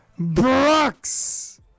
Brooks